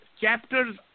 chapters